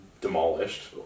demolished